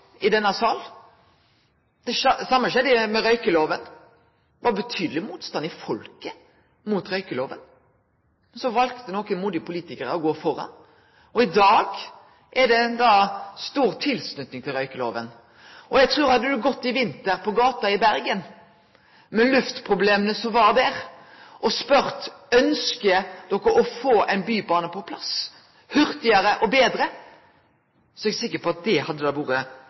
i denne sal. Det same skjedde med røykeloven. Det var betydeleg motstand i folket mot røykeloven. Men så valde nokre modige politikarar å gå føre. Og i dag er det stor tilslutning til røykeloven. Eg trur at hadde ein gått på gata i Bergen i vinter, med dei luftproblema som var der, og spurt folk om dei ønskte å få på plass ein bybane, hurtigare og betre, så er eg sikker på at det hadde